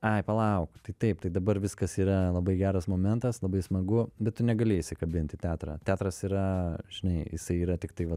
ai palauk tai taip taip dabar viskas yra labai geras momentas labai smagu bet tu negali įsikabint į teatrą teatras yra žinai jisai yra tiktai va